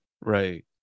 right